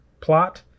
plot